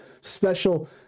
special